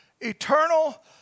eternal